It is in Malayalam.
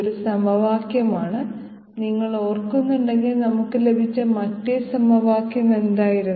ഇത് ഒരു സമവാക്യമാണ് നിങ്ങൾ ഓർക്കുന്നെങ്കിൽ നമ്മൾക്ക് ലഭിച്ച മറ്റേ സമവാക്യം എന്തായിരുന്നു